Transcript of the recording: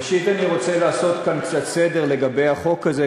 ראשית אני רוצה לעשות כאן קצת סדר לגבי החוק הזה,